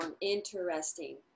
Interesting